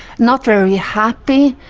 not very happy,